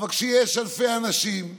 אבל כשיש אלפי אנשים בהפגנות,